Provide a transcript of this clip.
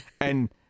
And-